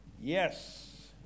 Yes